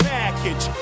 package